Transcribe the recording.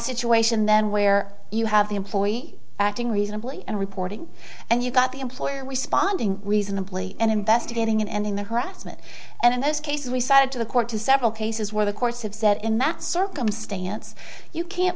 situation then where you have the employee acting reasonably and reporting and you've got the employer responding reasonably and investigating and in the harassment and in those cases we cited to the court to several cases where the courts have said in that circumstance you can't